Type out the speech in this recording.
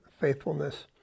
faithfulness